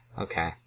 Okay